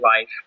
life